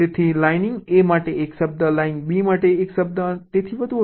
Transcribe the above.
તેથી lying A માટે 1 શબ્દ લાઇંગ B માટે 1 શબ્દ અને તેથી વધુ હશે